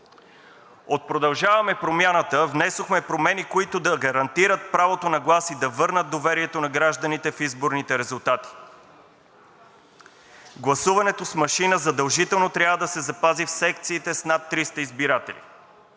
От „Продължаваме Промяната“ внесохме промени, които да гарантират правото на глас и да върнат доверието на гражданите в изборните резултати. Гласуването с машина задължително трябва да се запази в секциите с над 300 избиратели.